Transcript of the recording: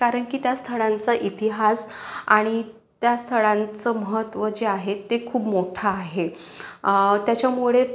कारण की त्या स्थळांचा इतिहास आणि त्या स्थळांचं महत्त्व जे आहे ते खूप मोठ्ठं आहे त्याच्यामुळे